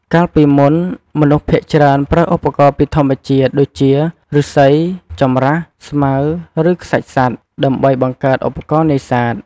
កាលពីមុន មនុស្សភាគច្រើនប្រើឧបករណ៍ពីធាតុធម្មជាតិ ដូចជា ឬស្សី ចម្រាស់ ស្មៅ ឬខ្សាច់សត្វ ដើម្បីបង្កើតឧបករណ៍នេសាទ។